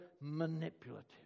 manipulative